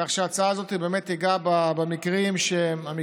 כך שההצעה הזאת באמת תיגע במקרים הנכונים,